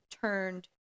turned